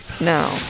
No